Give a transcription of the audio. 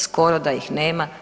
Skoro da ih nema.